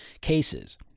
cases